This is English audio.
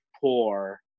poor